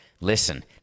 Listen